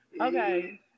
Okay